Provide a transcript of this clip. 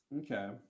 Okay